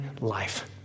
life